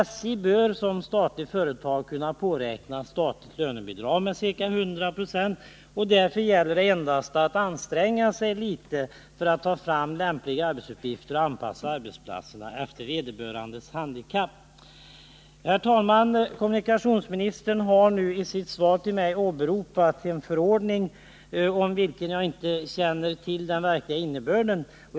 SJ bör som statligt företag kunna påräkna statligt lönebidrag med bortåt 100 96. Därför gäller det endast att anstränga sig litet för att ta fram lämpliga arbetsuppgifter och anpassa arbetsplatserna efter vederbörandes handikapp. Herr talman! Kommunikationsministern har i sitt svar till mig åberopat en förordning, vars verkliga innebörd jag inte känner till.